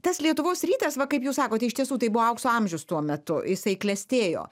tas lietuvos rytas va kaip jūs sakote iš tiesų tai buvo aukso amžius tuo metu jisai klestėjo